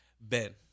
Ben